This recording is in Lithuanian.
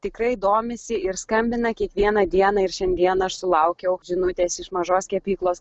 tikrai domisi ir skambina kiekvieną dieną ir šiandieną aš sulaukiau žinutės iš mažos kepyklos